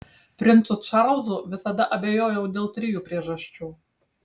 princu čarlzu visada abejojau dėl trijų priežasčių